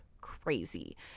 crazy